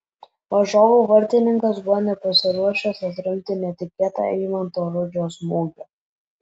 varžovų vartininkas buvo nepasiruošęs atremti netikėtą eimanto rudžio smūgio